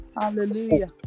hallelujah